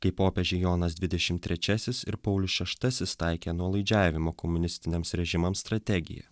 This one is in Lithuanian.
kai popiežiai jonas dvidešim trečiais ir paulius šeštasis taikė nuolaidžiavimo komunistiniams režimams strategiją